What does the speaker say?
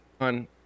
on